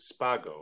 spago